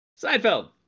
Seinfeld